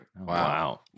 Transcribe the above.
Wow